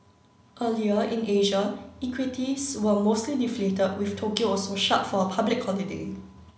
earlier in Asia equities were mostly deflated with Tokyo also shut for a public holiday